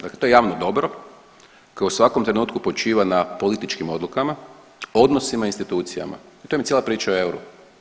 Dakle, to je javno dobro koje u svakom trenutku počiva na političkim odlukama, odnosima institucijama i to vam je cijela priča o euru.